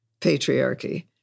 patriarchy